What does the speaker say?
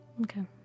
Okay